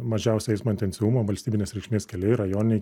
mažiausiai eismo intensyvumo valstybinės reikšmės keliai rajoniniai